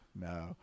no